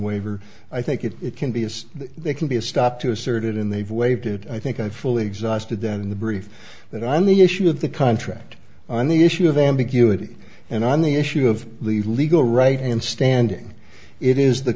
waiver i think it it can be as they can be a stop to asserted in they've waited i think i fully exhausted that in the brief that on the issue of the contract on the issue of ambiguity and on the issue of the legal right and standing it is the